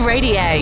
Radio